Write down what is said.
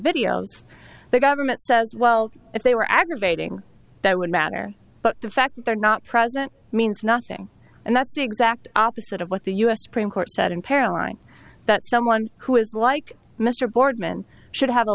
videos the government says well if they were aggravating that would matter but the fact they're not president means nothing and that's the exact opposite of what the us supreme court said imperiling that someone who is like mr boardman should have a